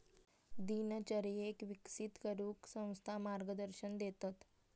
दिनचर्येक विकसित करूक संस्था मार्गदर्शन देतत